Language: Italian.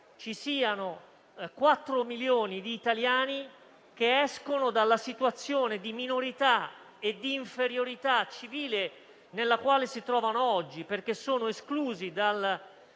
che quattro milioni di italiani escano dalla situazione di minorità e di inferiorità civile nella quale si trovano oggi, perché esclusi dal